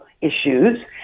issues